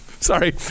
Sorry